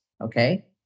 Okay